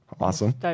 Awesome